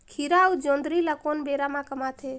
खीरा अउ जोंदरी ल कोन बेरा म कमाथे?